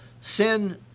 sin